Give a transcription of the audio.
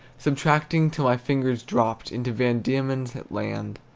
subtracting till my fingers dropped into van diemen's land.